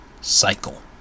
cycle